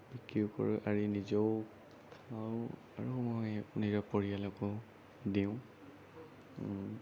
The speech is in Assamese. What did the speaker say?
বিক্ৰীও কৰোঁ আৰু নিজেও খাওঁ আৰু মই নিজৰ পৰিয়ালকো দিওঁ